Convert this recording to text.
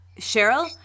Cheryl